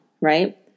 right